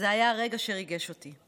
זה היה רגע שריגש אותי.